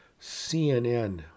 CNN